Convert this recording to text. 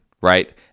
right